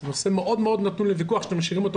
זה נושא שמאוד מאוד נתון לוויכוח שאתם משאירים אותו